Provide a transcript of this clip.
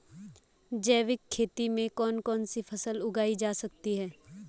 जैविक खेती में कौन कौन सी फसल उगाई जा सकती है?